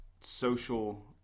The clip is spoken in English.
social